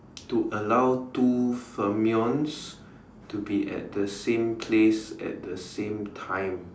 to allow two pheromones to be at the same place at the same time